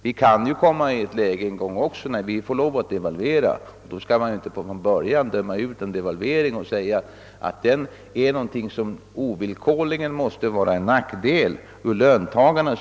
Vi kan ju en gång hamna i ett läge där vi nödgas devalvera, och då skall vi inte i förväg döma ut en devalvering och påstå att den ovillkorligen måste vara till nackdel för löntagarna.